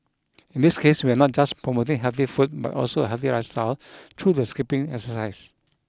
in this case we are not just promoting healthy food but also a healthy lifestyle through the skipping exercise